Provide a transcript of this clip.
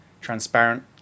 transparent